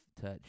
touch